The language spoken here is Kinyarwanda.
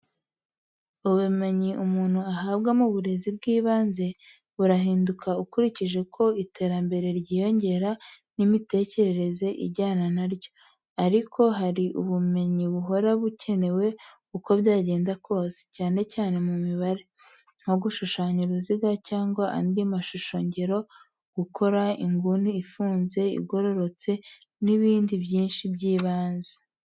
Ubumenyi umuntu ahabwa mu burezi bw'ibanze burahinduka ukurikije uko iterambere ryiyongera n'imitekerereze ijyana na ryo; ariko hari ubumenyi buhora bukenewe uko byagenda kose, cyane cyane mu mibare, nko gushushanya uruziga cyangwa andi mashushongero, gukora inguni ifunze, igororotse n'ibindi byinshi by'ibanze.